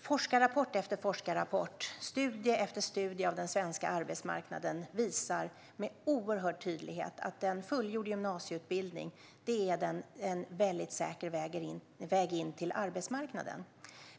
Forskarrapport efter forskarrapport och studie efter studie av den svenska arbetsmarknaden visar med oerhörd tydlighet att en fullgjord gymnasieutbildning är en väldigt säker väg in till arbetsmarknaden.